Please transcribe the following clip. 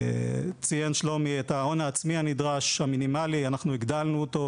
ציין שלומי את ההון העצמי המינימלי הנדרש; אנחנו הגדלנו אותו,